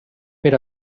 per